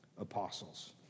apostles